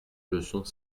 leçons